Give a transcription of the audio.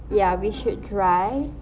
ya we should drive